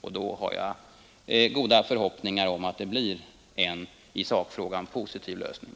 Om så sker har jag också goda förhoppningar om att det skall bli en i sakfrågan positiv lösning.